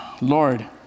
Lord